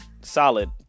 solid